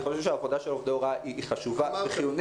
אני חושב שהעבודה של עובדי ההוראה היא חשובה וחיונית.